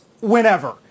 whenever